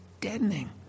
deadening